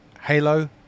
Halo